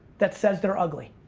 that says they're ugly.